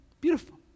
beautiful